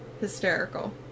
hysterical